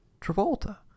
Travolta